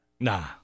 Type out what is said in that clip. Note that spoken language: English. Nah